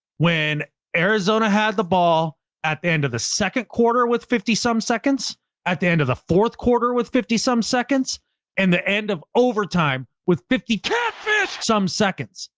when arizona had the ball at the end of the second quarter, with fifty some seconds at the end of the fourth quarter, with fifty some seconds and the end of overtime with fifty catfish, some seconds.